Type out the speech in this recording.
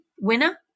winner